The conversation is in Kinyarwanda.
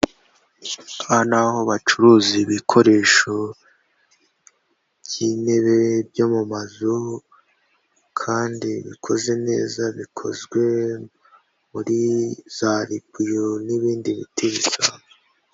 Aha naho bacuruza ibikoresho by'intebe byo mu mazu, kandi bikoze neza, bikozwe muri za ribuyu n'ibindi biti bisanzwe.